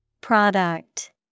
Product